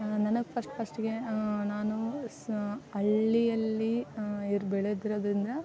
ನನಗೆ ಫಸ್ಟ್ ಫಸ್ಟ್ಗೆ ನಾನು ಸ್ ಹಳ್ಳಿಯಲ್ಲಿ ಇರಿ ಬೆಳೆದದ್ರಿಂದ